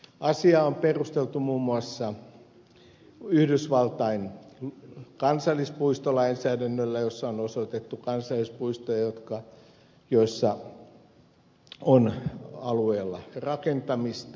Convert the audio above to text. asiaa on perusteltu muun muassa yhdysvaltain kansallispuistolainsäädännöllä jossa on osoitettu kansallispuistoja joissa on alueella rakentamista